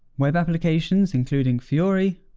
web applications, including fiori,